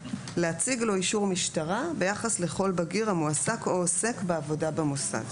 להציג לו אישור משטרה ביחס לכל בגיר המועסק או עוסק בעבודה במוסד.